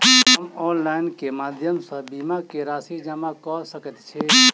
हम ऑनलाइन केँ माध्यम सँ बीमा केँ राशि जमा कऽ सकैत छी?